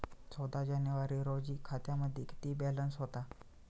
चौदा जानेवारी रोजी खात्यामध्ये किती बॅलन्स होता?